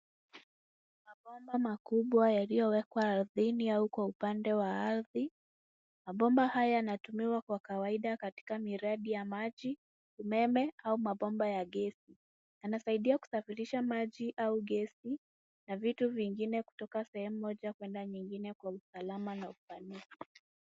Mabomba makubwa yaliyowekwa ardhini au kwa upande wa ardhi. Mabomba haya yanatumiwa kwa kawaida katika miradi ya maji, umeme au mabomba ya gesi. Yanasaidia kusafirisha maji au gesi na vitu vingine kutoka sehemu moja kuenda nyingine kwa usalama na ufanisi.